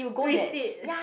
twist it